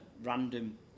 random